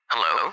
Hello